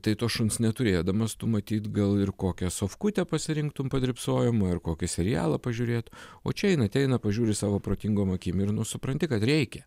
tai to šuns neturėdamas tu matyt gal ir kokią sofkutę pasirinktum padrybsojimui ar kokį serialą pažiūrėt o čia jin ateina pažiūri savo protingom akim ir nu supranti kad reikia